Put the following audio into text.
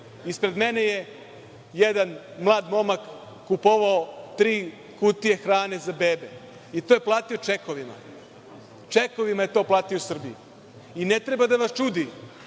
Ispred mene je jedan mlad momak kupovao tri kutije hrane za bebe i to je platio čekovima. Čekovima je to platio u Srbiji? I ne treba da vas čudi